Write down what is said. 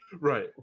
Right